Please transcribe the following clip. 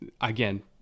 again